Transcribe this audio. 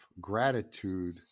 gratitude